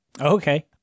Okay